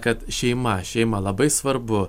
kad šeima šeima labai svarbu